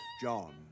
John